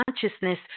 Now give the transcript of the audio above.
consciousness